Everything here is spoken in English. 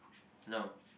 now